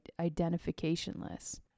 identificationless